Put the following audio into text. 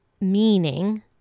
meaning